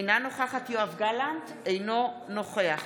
אינה נוכחת יואב גלנט, אינו נוכח